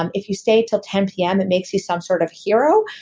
um if you stay until ten pm, it makes you some sort of hero.